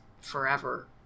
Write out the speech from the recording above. forever